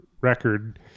record